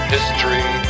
History